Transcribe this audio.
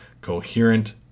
coherent